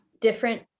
different